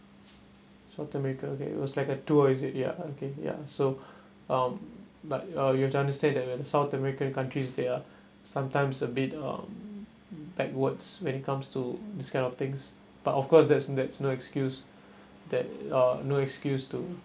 south america okay it was like a tour is it ya okay ya so um but you have to understand that when south american countries they are sometimes a bit um backwards when it comes to this kind of things but of course that's that's no excuse that uh no excuse to